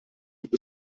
gibt